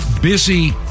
Busy